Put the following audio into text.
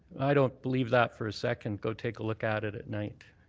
i don't believe that for a second. go take a look at it at night.